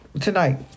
tonight